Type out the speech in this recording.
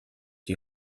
die